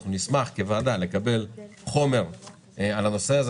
נשמח כוועדה לקבל חומר על הנושא הזה,